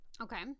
Okay